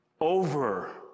over